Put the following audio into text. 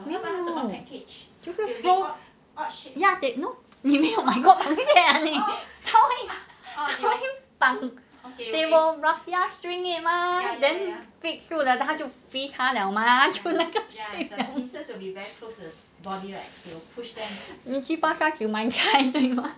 没有就是 eh no 你没有买过螃蟹 ah 他会绑 they will raffia string it mah then fix 住 then freeze 他 liao mah then 就那个 shape liao 你去巴刹只买菜对 mah